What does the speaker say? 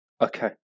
Okay